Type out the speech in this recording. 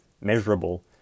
measurable